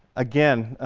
again,